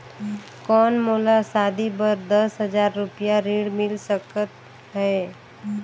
कौन मोला शादी बर दस हजार रुपिया ऋण मिल सकत है?